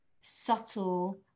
subtle